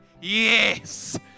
yes